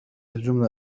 الجملة